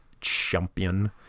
champion